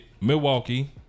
Milwaukee